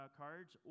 cards